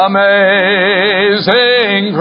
Amazing